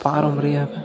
பாரம்பரிய